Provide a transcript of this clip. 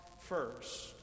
first